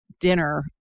dinner